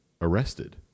arrested